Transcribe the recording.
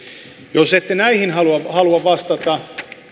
jos ette näihin halua halua vastata